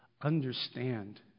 understand